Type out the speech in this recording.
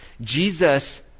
Jesus